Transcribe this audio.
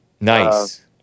Nice